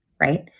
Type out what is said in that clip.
right